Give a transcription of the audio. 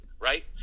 right